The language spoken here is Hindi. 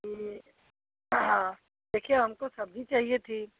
जी देखिये हमको सब्ज़ी चाहिए थी